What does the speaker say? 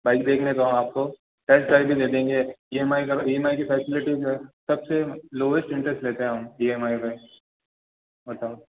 bike देखने तो हम आपको टेस्ट ड्राइव भी दे देंगे E M I E M I की फ़ैसिलिटी जो है सबसे लोवेस्ट इंटरेस्ट लेते हैं हम ई एम आई में बताओ